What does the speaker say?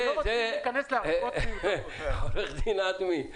אנחנו לא רוצים להיכנס --- עורך דין אדמי,